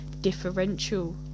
differential